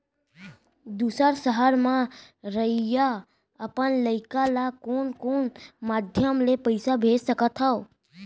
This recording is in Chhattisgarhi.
दूसर सहर म रहइया अपन लइका ला कोन कोन माधयम ले पइसा भेज सकत हव?